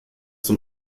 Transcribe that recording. zum